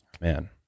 Man